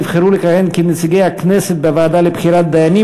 נבחרו לכהן כנציגי הכנסת בוועדה לבחירת דיינים